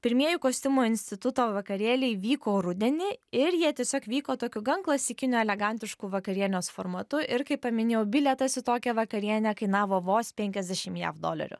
pirmieji kostiumo instituto vakarėliai vyko rudenį ir jie tiesiog vyko tokiu gan klasikiniu elegantišku vakarienės formatu ir kaip paminėjau bilietas į tokią vakarienę kainavo vos penkiasdešim jav dolerių